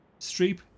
Streep